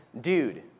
Dude